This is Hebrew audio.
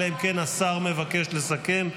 אלא אם כן השר מבקש לסכם.